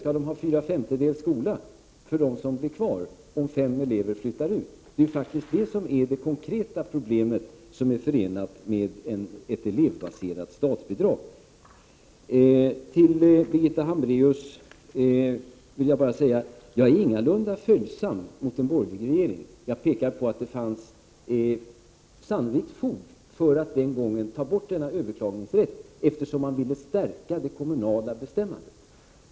Skall de ha fyra femtedels skola för dem som blir kvar om fem elever flyttar ut? Det är faktiskt det konkreta problem som är förenat med ett elevbaserat statsbidrag. Till Birgitta Hambraeus vill jag säga att jag är ingalunda följsam mot en borgerlig regering. Jag pekar på att det sannolikt fanns fog för att den gången ta bort denna överklagningsrätt, eftersom man ville stärka den kommunala självbestämmanderätten.